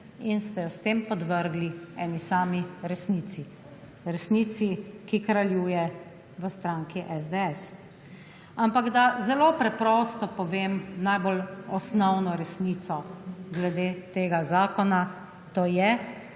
in ste jo s tem podvrgli eni sami resnici, resnici, ki kraljuje v stranki SDS. Naj zelo preprosto povem najbolj osnovno resnico glede tega zakona. Po